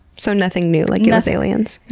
so nothing new, like it was aliens.